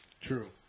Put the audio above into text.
True